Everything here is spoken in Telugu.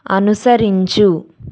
అనుసరించు